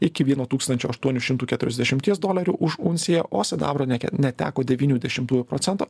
iki vieno tūkstančio aštuonių šimtų keturiasdešimties dolerių už unciją o sidabro neteko devynių dešimtųjų procento